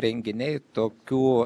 renginiai tokių